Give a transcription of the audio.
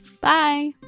Bye